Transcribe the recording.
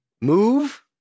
move